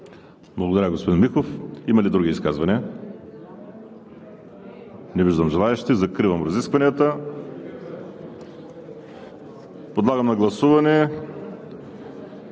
Благодаря, господин Михов. Има ли други изказвания? Не виждам желаещи. Закривам разискванията. Подлагам на гласуване